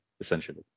essentially